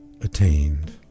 attained